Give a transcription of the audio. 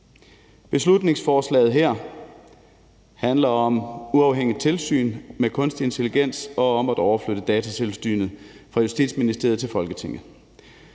Beslutningsforslaget her handler om uafhængigt tilsyn med kunstig intelligens og om at overflytte Datatilsynet fra Justitsministeriet til Folketinget.